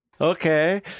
Okay